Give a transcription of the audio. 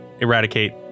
eradicate